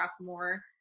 more